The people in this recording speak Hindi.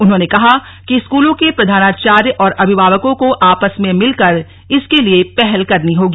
उन्होंने कहा कि स्कूलों के प्रधानाचार्य और अभिभावकों को आपस में मिलकर इसके लिए पहल करनी होगी